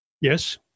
Yes